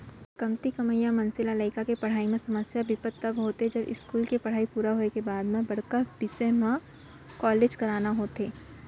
कमती कमइया मनसे ल लइका के पड़हई म समस्या बिपत तब होथे जब इस्कूल के पड़हई पूरा होए के बाद म बड़का बिसय म कॉलेज कराना होथे